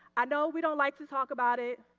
i know we don't like to talk about it.